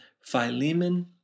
Philemon